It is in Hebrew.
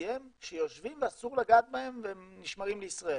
BCM שיושבים ואסור לגעת בהם והם נשמרים לישראל.